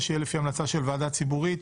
יהיו לפי המלצה של ועדה ציבורית,